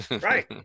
Right